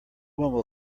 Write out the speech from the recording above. will